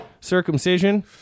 circumcision